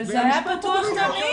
אבל זה היה פתוח תמיד.